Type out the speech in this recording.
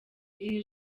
iri